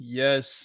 yes